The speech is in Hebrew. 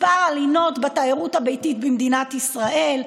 ממספר הלינות בתיירות הביתית במדינת ישראל,